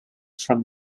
from